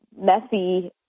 messy